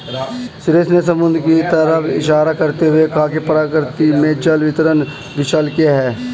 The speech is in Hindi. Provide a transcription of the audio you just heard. सुरेश ने समुद्र की तरफ इशारा करते हुए कहा प्रकृति में जल वितरण विशालकाय है